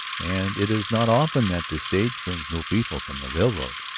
and it is not often that the stage brings new people from the railroad.